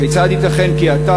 כיצד ייתכן כי אתה,